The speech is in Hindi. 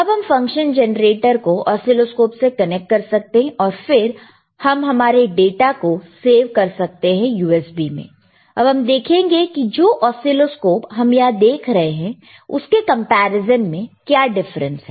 तो हम फंक्शन जनरेटर को असीलोस्कोप से कनेक्ट कर सकते हैं और फिर हम हमारे डाटा को सेव कर सकते हैं USB में अब हम देखेंगे कि जो ऑसीलोस्कोप हम यहां देख रहे हैं उसके कंपैरिजन में क्या डिफरेंस है